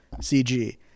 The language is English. CG